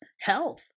health